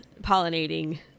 pollinating